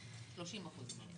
אותם 30% למגורים,